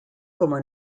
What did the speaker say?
como